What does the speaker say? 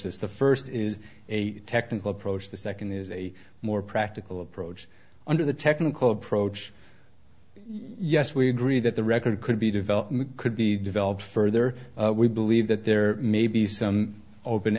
this the first is a technical approach the second is a more practical approach under the technical approach yes we agree that the record could be development could be developed further we believe that there may be some open